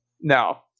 No